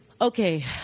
okay